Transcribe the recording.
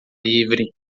livre